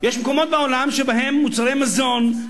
יש מקומות בעולם שבהם מוצרי מזון,